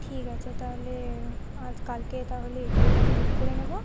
ঠিক আছে তাহলে আজ কালকে তাহলে এটাই তাহলে বুক করে নেব